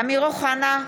אמיר אוחנה,